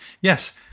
Yes